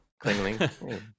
clingling